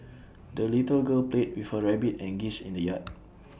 the little girl played with her rabbit and geese in the yard